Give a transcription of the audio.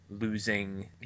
losing